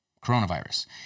coronavirus